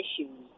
issues